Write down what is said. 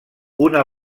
una